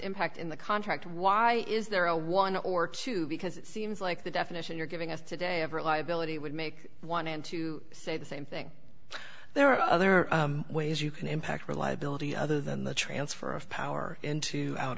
impact in the contract why is there a one or two because it seems like the definition you're giving us today of reliability would make one in two say the same thing there are other ways you can impact reliability other than the transfer of power into out